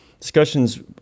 discussions